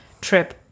trip